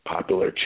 popular